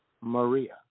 maria